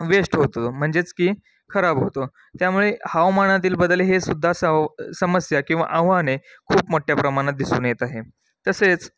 waste होतो म्हणजेच की खराब होतो त्यामुळे हवामानातील बदल हे सुद्धा स समस्या किंवा आव्हाने खूप मोठ्या प्रमाणात दिसून येत आहे तसेच